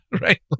right